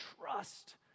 trust